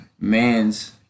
man's